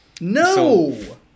No